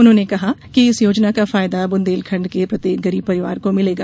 उन्होंने कहा कि इस योजना का फायदा बुंदेलखंड के प्रत्येक गरीब परिवार को मिलेगा